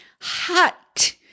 hot